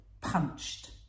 punched